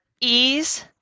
ease